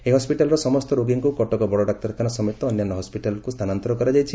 ଏହି ହସ୍ପିଟାଲର ସମସ୍ତ ରୋଗୀଙ୍କୁ କଟକ ବଡ଼ ଡାକ୍ତରଖାନା ସମେତ ଅନ୍ୟାନ୍ୟ ହସ୍ପିଟାଲକୁ ସ୍ଥାନାନ୍ତର କରାଯାଇଛି